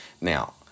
Now